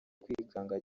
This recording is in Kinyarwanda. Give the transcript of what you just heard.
kwikanga